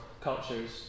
cultures